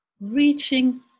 reaching